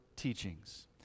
teachings